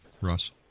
Russ